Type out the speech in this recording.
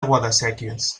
guadasséquies